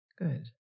Good